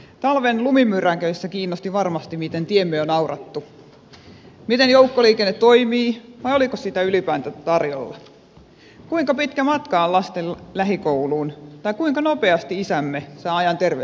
talven lumimyräköissä kiinnosti varmasti miten tiemme on aurattu miten joukkoliikenne toimii tai oliko sitä ylipäänsä tarjolla kuinka pitkä matka on lasten lähikouluun tai kuinka nopeasti isämme sai ajan terveyskeskuslääkärille